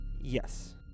Yes